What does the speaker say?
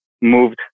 moved